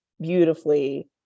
beautifully